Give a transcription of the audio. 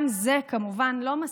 גם זה כמובן לא מספיק,